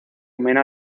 mena